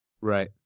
Right